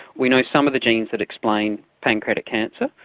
we know some of the genes that explain pancreatic cancer,